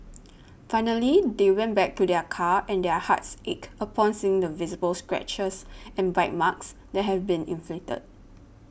finally they went back to their car and their hearts ached upon seeing the visible scratches and bite marks that had been inflicted